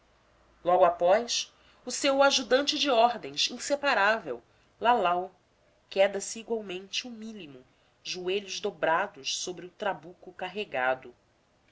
logo após o seu ajudante deordens inseparável lalau queda se igualmente humílimo joelhos dobrados sobre o trabuco carregado